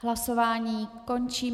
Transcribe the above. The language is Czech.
Hlasování končím.